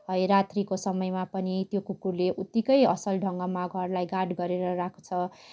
है रात्रीको समयमा पनि त्यो कुकुरले उत्तिकै असल ढङ्गमा घरलाई गार्ड गरेर राख्छ